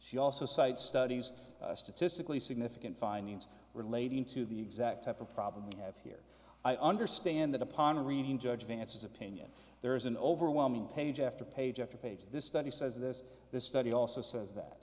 she also cites studies statistically significant findings relating to the exact type of problem you have here i understand that upon a reading judge vance's opinion there is an overwhelming page after page after page of this study says this this study also says that